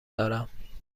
دارم